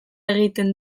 egiten